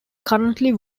currently